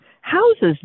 houses